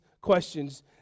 questions